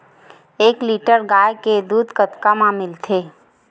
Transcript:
एक लीटर गाय के दुध कतका म मिलथे?